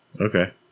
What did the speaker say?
Okay